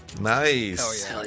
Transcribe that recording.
Nice